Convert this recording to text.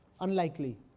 unlikely